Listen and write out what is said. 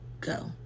go